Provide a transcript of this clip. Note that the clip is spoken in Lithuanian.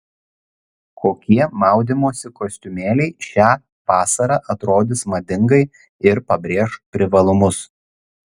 kokie maudymosi kostiumėliai šią vasarą atrodys madingai ir pabrėš privalumus